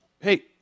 hey